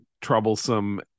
troublesome